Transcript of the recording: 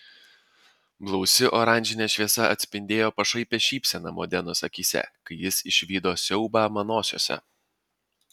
blausi oranžinė šviesa atspindėjo pašaipią šypseną modenos akyse kai jis išvydo siaubą manosiose